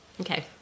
Okay